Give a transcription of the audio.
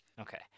Okay